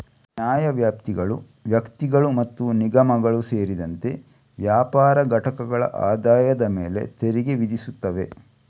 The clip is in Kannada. ನ್ಯಾಯವ್ಯಾಪ್ತಿಗಳು ವ್ಯಕ್ತಿಗಳು ಮತ್ತು ನಿಗಮಗಳು ಸೇರಿದಂತೆ ವ್ಯಾಪಾರ ಘಟಕಗಳ ಆದಾಯದ ಮೇಲೆ ತೆರಿಗೆ ವಿಧಿಸುತ್ತವೆ